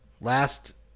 last